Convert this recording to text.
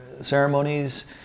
ceremonies